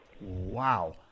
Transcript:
Wow